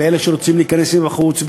באלה שרוצים להיכנס מבחוץ,